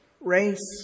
race